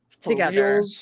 together